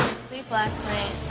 sleep last